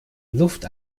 luft